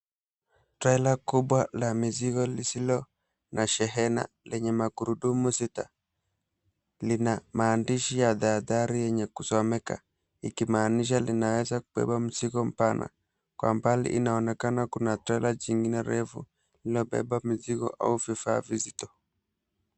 Trela kubwa la mizigo lisilo na shehena lenye magurudumu sita. Lina maandishi ya tahadhari yenye kusomeka, ikimaanisha linaweza kubeba mizigo mpana. Kwa mbali kuna trela jingine refu, iliyobeba mizigo au vifaa vizito.